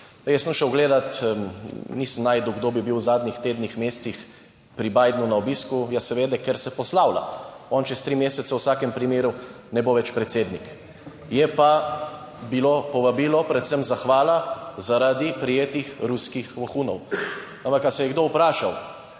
Jaz sem šel gledat, nisem našel, kdo bi bil v zadnjih tednih, mesecih pri Bidnu na obisku, ja, seveda, ker se poslavlja. On čez tri mesece v vsakem primeru ne bo več predsednik. Je pa bilo povabilo predvsem zahvala zaradi prijetih ruskih vohunov. Ampak ali se je kdo vprašal,